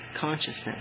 consciousness